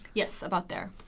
yes, about there.